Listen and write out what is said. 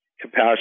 capacity